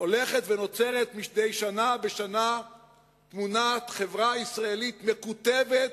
הולכת ונוצרת מדי שנה בשנה תמונת חברה ישראלית מקוטבת,